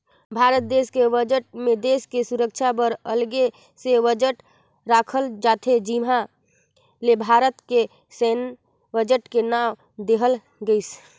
भारत देस के बजट मे देस के सुरक्छा बर अगले से बजट राखल जाथे जिहां ले भारत के सैन्य बजट के नांव देहल गइसे